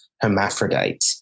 hermaphrodite